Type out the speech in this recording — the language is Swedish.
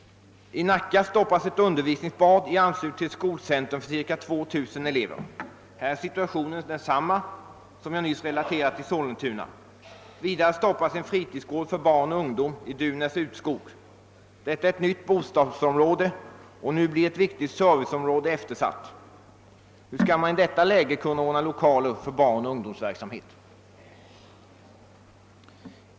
I Nacka stoppas ett undervisningsbad i anslutning till ett skolcentrum för ca 2000 elever. Här är situationen densamma som i Sollentuna. Vidare stoppas en fritidsgård för barn och ungodm i Duvnäs Utskog. Detta är ett nytt bostadsområde, och ett viktigt serviceområde blir här eftersatt. Hur skall man i detta läge kunna ställa lokaler till förfogande för barnoch ungdomsverksamheten?